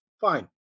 Fine